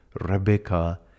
Rebecca